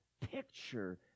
picture